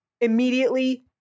Immediately